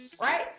Right